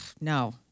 No